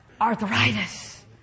arthritis